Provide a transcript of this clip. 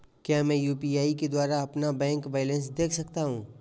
क्या मैं यू.पी.आई के द्वारा अपना बैंक बैलेंस देख सकता हूँ?